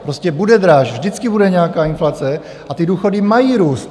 Prostě bude dráž, vždycky bude nějaká inflace, a ty důchody mají růst.